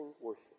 worship